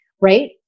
right